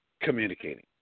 communicating